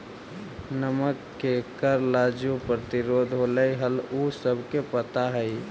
नमक के कर ला जो प्रतिरोध होलई हल उ सबके पता हई